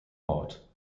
ort